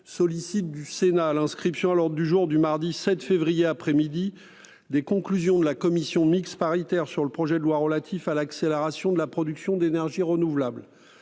sollicite du Sénat l'inscription à l'Ordre du jour du mardi 7 février après-midi des conclusions de la commission mixte paritaire sur le projet de loi relatif à l'accélération de la production d'énergies renouvelables.